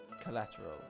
Collateral